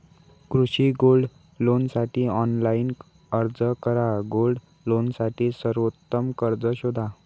कृषी गोल्ड लोनसाठी ऑनलाइन अर्ज करा गोल्ड लोनसाठी सर्वोत्तम कर्ज शोधा